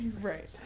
right